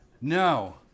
No